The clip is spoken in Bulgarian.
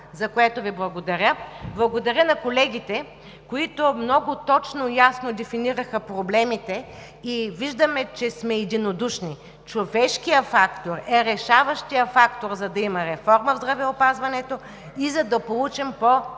за което Ви благодаря. Благодаря на колегите, които много точно и ясно дефинираха проблемите и виждаме, че сме единодушни. Човешкият фактор е решаващият фактор, за да има реформа в здравеопазването и за да получим по-добро